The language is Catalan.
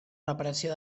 reparació